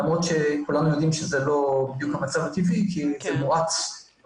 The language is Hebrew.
למרות שכולנו יודעים שזה לא בדיוק המצב הטבעי כי זה קרה כתוצאה,